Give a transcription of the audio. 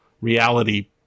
reality